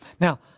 Now